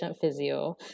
physio